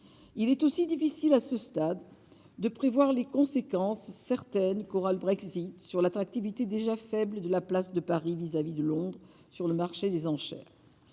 il est aussi difficile à ce stade, de prévoir les conséquences certaines qu'aura le Brexit sur l'attractivité déjà faible de la place de Paris vis-à-vis de Londres sur le marché des enchères